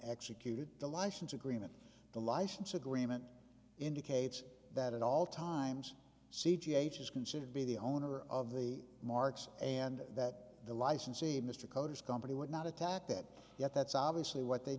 executed the license agreement the license agreement indicates that at all times c t h is considered to be the owner of the marks and that the licensee mr coders company would not attack that yet that's obviously what they